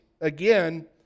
again